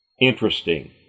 interesting